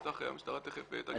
בטח המשטרה תיכף תגיד.